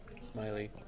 Smiley